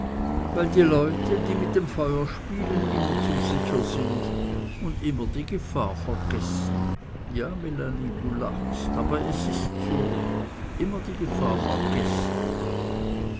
weil die leute die mit dem feuer spielen immer zu sicher sind und immer die gefahr vergessen ja melanie du lachst aber es ist so immer die gefahr vergessen